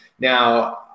Now